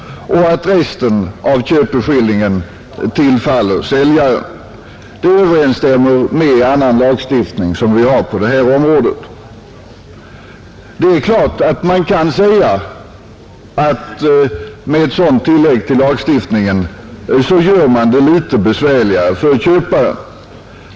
och att resten av köpeskillingen tillfaller säljaren. Det överenstämmer med annan lagstiftning som vi har på detta område. Det är klart att man kan säga att man med ett sådant tillägg till lagstiftningen gör det litet besvärligare för köparen.